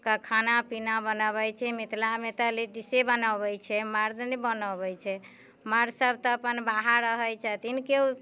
कऽ खाना पीना बनबै छी मिथिलामे तऽ लेडिजे बनोबै छै मर्द नहि बनाबै छै मर्द सभ तऽ अपन बाहर रहै छथिन केओ